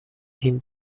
این